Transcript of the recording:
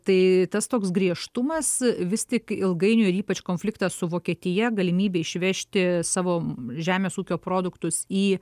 tai tas toks griežtumas vis tik ilgainiui ir ypač konfliktas su vokietija galimybė išvežti savo žemės ūkio produktus į